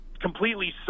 completely